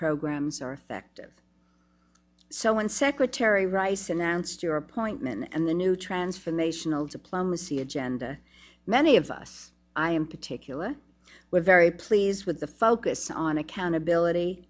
programs are effective so when secretary rice announced your appointment and the new transformational diplomacy agenda many of us i am particular were very pleased with the focus on accountability